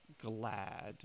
glad